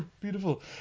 beautiful